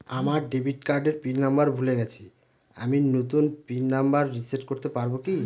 আমার ডেবিট কার্ডের pin number ভুলে গেছি আমি নূতন পিন নম্বর রিসেট করতে পারবো কি?